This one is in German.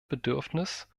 bedürfnis